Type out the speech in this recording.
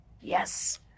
Yes